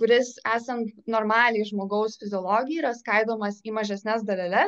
kuris esant normaliai žmogaus fiziologijai yra skaidomas į mažesnes daleles